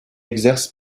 exerce